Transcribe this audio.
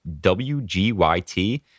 WGYT